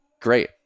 Great